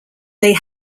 they